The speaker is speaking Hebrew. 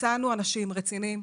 מצאנו אנשים רציניים,